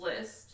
list